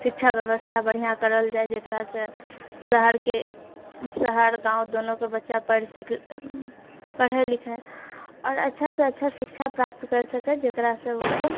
शिक्षा व्यवस्था बढ़िआँ करल जाए जेकरासँ शहरके शहर गाँव दोनोके बच्चा पढ़ि सिख पढ़ै लिखै आओर अच्छासँ अच्छा शिक्षा प्राप्त कर सकै जेकरासँ ओ सब